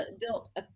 built